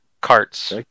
carts